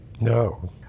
No